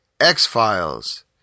X-Files